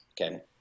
okay